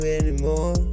anymore